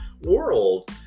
world